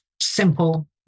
simple